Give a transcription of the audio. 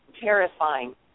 terrifying